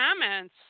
comments